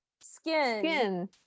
skin